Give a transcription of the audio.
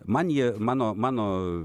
man jie mano mano